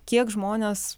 kiek žmonės